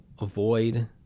avoid